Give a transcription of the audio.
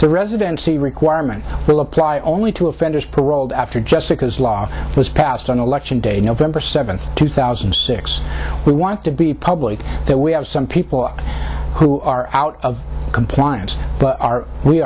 so residency requirement will apply only to offenders paroled after jessica's law was passed on election day november seventh two thousand and six we want to be public that we have some people who are out of compliance but are we